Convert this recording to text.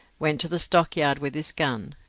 went to the stockyard with his gun,